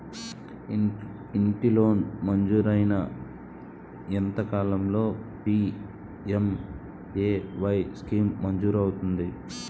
ఇంటి లోన్ మంజూరైన ఎంత కాలంలో పి.ఎం.ఎ.వై స్కీమ్ మంజూరు అవుతుంది?